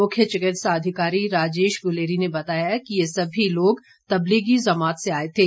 मुख्य चिकित्सा अधिकारी राजेश गुलेरी ने बताया कि यह सभी लोग तबलीगी ज़मात से आए थे